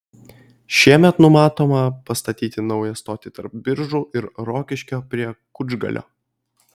šiemet numatoma pastatyti naują stotį tarp biržų ir rokiškio prie kučgalio